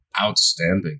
outstanding